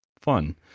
fun